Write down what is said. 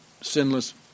sinless